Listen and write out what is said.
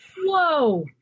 whoa